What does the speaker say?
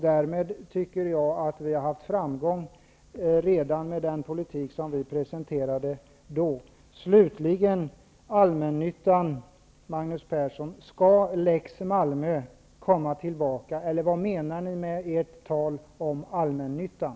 Därmed tycker jag att vi redan har haft framgång med den politik som vi presenterat. Skall lex Malmö komma tillbaka, Magnus Persson, eller vad menar ni med ert tal om allmännyttan?